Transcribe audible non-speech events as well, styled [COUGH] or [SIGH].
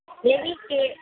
[UNINTELLIGIBLE]